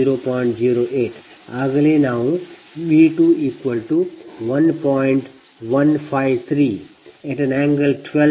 08 ಆಗಲೇ ನಾವು V21